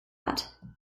that